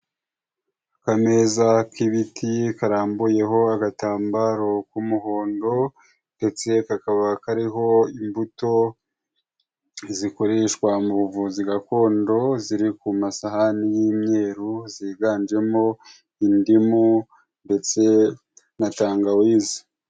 Akameza k'ibiti karambuyeho agatambaro k'umuhondo ndetse kakaba kariho imbuto zikoreshwa mu buvuzi gakondo ziri ku masahani y'imyeru, ziganjemo indimu ndetse na tangawizi.